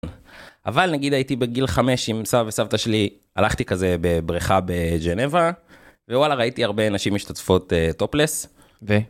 אבל נגיד הייתי בגיל 5 עם סבא וסבתא שלי, הלכתי כזה בבריכה בג'נבה, ווואלה ראיתי הרבה נשים משתזפות טופלס. ו...?